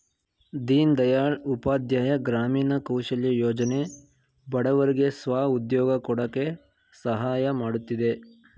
ದೀನ್ ದಯಾಳ್ ಉಪಾಧ್ಯಾಯ ಗ್ರಾಮೀಣ ಕೌಶಲ್ಯ ಯೋಜನೆ ಬಡವರಿಗೆ ಸ್ವ ಉದ್ಯೋಗ ಕೊಡಕೆ ಸಹಾಯ ಮಾಡುತ್ತಿದೆ